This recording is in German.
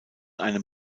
einem